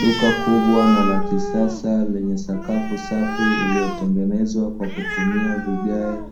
Duka kubwa na la kisasa lenye sakafu safi iliyotengenezwa kwa kutumia vigae,